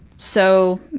so,